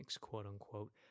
quote-unquote